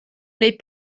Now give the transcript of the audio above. les